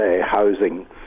housing